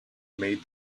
made